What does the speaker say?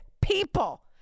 people